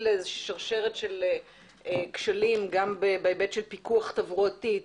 לשרשרת כשלים בהיבט של פיקוח תברואתי,